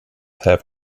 have